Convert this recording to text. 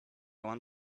want